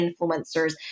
influencers